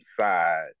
side